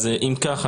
אם כך,